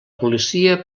policia